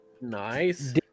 Nice